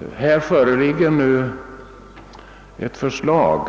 Nu föreligger ett förslag,